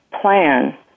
plan